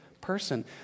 person